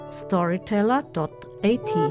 storyteller.at